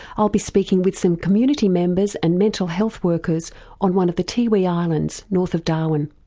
i'll be speaking with some community members and mental health workers on one of the tiwi islands, north of darwin.